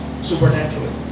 supernaturally